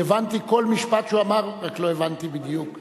אני הבנתי כל משפט שהוא אמר, רק לא הבנתי בדיוק.